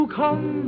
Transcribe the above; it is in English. come